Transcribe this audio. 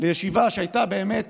לישיבה שהייתה באמת